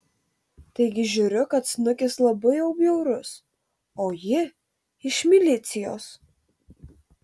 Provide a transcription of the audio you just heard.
taigi žiūriu kad snukis labai jau bjaurus o ji iš milicijos